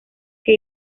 que